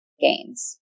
gains